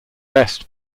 best